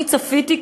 אני צפיתי,